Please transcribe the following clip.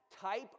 type